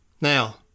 Now